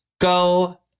go